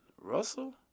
Russell